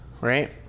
right